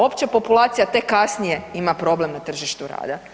Opća populacija tek kasnije ima problem na tržištu rada.